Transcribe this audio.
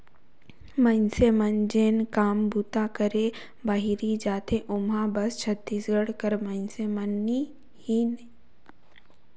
मइनसे मन जेन काम बूता करे बाहिरे जाथें ओम्हां बस छत्तीसगढ़ कर मइनसे मन ही नी जाएं सब राएज कर मन जाथें